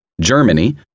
Germany